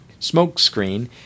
Smokescreen